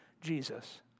Jesus